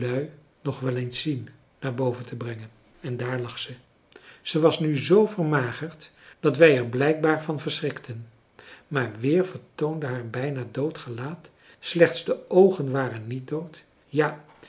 nog wel eens zien naar boven te brengen en daar lag ze ze was nu zoo vermagerd dat wij er blijkbaar van verschrikten maar weer vertoonde haar bijna dood gelaat slechts de oogen waren niet dood ja